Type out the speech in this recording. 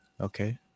Okay